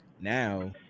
now